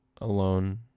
alone